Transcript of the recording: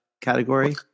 category